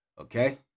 Okay